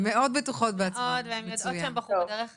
הן מאוד בטוחות בעצמן והן יודעות שהן בחרו בדרך הנכונה.